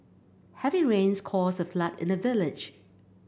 heavy rains caused a flood in the village